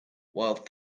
while